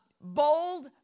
bold